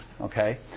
okay